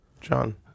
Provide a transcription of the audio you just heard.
john